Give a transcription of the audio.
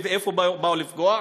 ואיפה באו לפגוע?